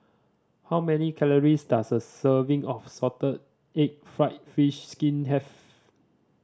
how many calories does a serving of salted egg fried fish skin have